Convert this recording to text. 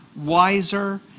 wiser